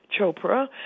Chopra